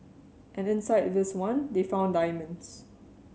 and inside this one they found diamonds